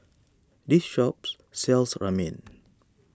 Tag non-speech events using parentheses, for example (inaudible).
this shops sells Ramen (noise)